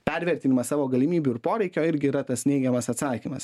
pervertinimas savo galimybių ir poreikio irgi yra tas neigiamas atsakymas